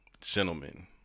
gentlemen